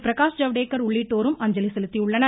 பிரகாஷ் ஜவ்டேகர் உள்ளிட்டோரும் அஞ்சலி செலுத்தியுள்ளனர்